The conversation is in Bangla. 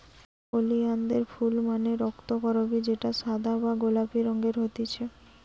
ওলিয়ানদের ফুল মানে রক্তকরবী যেটা সাদা বা গোলাপি রঙের হতিছে